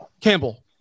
Campbell